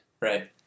Right